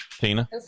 Tina